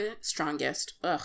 strongest